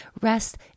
Rest